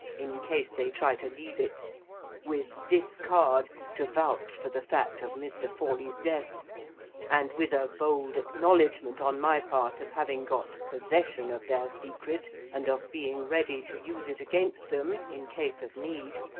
in case they try to leave it with this card to vouch for the fact of mr. forley's death and with a bold acknowledgment on my part of having got possession of their secret, and of being ready to use it against them in case of need,